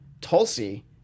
Tulsi